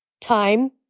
time